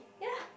yeah